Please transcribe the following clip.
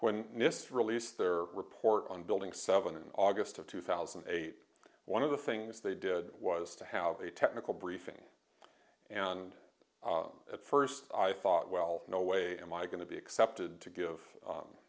when nist released their report on building seven in august of two thousand and eight one of the things they did was to have a technical briefing and at first i thought well no way am i going to be accepted to give